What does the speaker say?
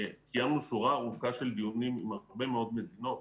קיימנו שורה ארוכה של דיונים עם הרבה מאוד מדינות,